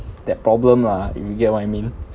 that problem lah if you get what I mean